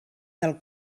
del